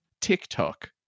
TikTok